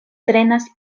trenas